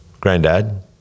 granddad